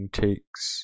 takes